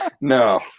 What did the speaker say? No